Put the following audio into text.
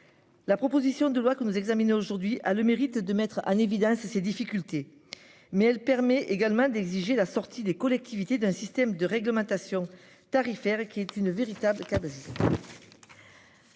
La proposition de loi que nous examinons aujourd'hui a le mérite de mettre en évidence ces difficultés. Mais elle permet également d'exiger la sortie des collectivités d'un système de réglementation tarifaire qui est une véritable.--